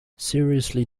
seriously